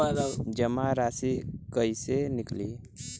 जमा राशि कइसे निकली?